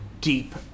deep